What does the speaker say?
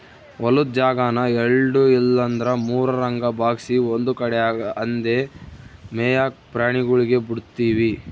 ಹೊಲುದ್ ಜಾಗಾನ ಎಲ್ಡು ಇಲ್ಲಂದ್ರ ಮೂರುರಂಗ ಭಾಗ್ಸಿ ಒಂದು ಕಡ್ಯಾಗ್ ಅಂದೇ ಮೇಯಾಕ ಪ್ರಾಣಿಗುಳ್ಗೆ ಬುಡ್ತೀವಿ